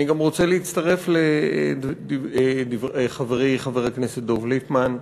אני גם רוצה להצטרף לחברי חברי הכנסת דב ליפמן,